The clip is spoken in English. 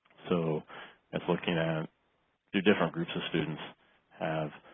so it's looking at do different groups of students have